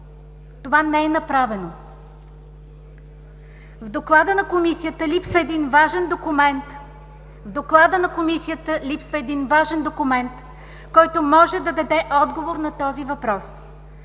Това не е направено. В Доклада на Комисията липсва един важен документ, който може да даде отговор на този въпрос.